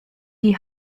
die